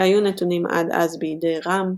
שהיו נתונים עד אז בידי רהם,